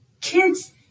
kids